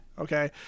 okay